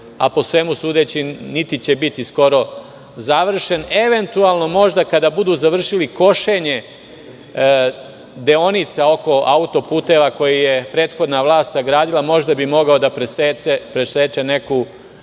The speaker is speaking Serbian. a po svemu sudeći niti će biti skoro završen, eventualno možda kada budu završili košenje deonica oko auto puteva koji je prethodna vlast sagradila možda bi mogao da preseče neku